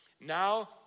now